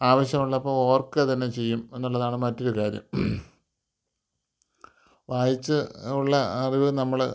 ആവശ്യം ഉള്ളപ്പോൾ ഓർക്കുക തന്നെ ചെയ്യും എന്നുള്ളതാണ് മറ്റൊരു കാര്യം വായിച്ച് ഉള്ള അറിവ് നമ്മൾ